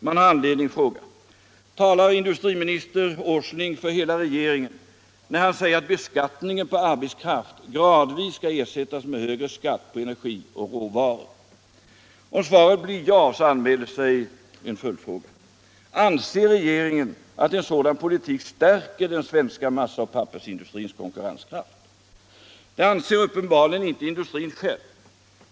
Man har anledning att fråga: Talar industriminister Åsling för hela regeringen när han säger att beskattningen på arbetskraft gradvis skall ersättas med högre skatt på energi och råvaror? Om svaret blir ja, anmäler sig en följdfråga: Anser regeringen att en sådan politik stärker den svenska massaoch pappersindustrins konkurrenskraft? Det anser uppenbarligen inte industrin själv.